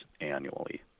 annually